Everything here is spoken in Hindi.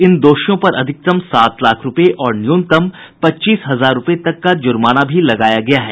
इन दोषियों पर अधिकतम सात लाख रुपये और न्यूनतम पच्चीस हजार रुपये तक का जुर्माना भी लगाया गया है